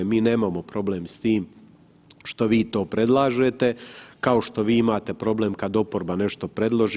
Mi nemamo problem s tim što vi to predlažete kao što vi imate problem kad oporba nešto predloži.